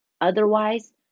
Otherwise